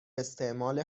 استعمال